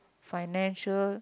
financial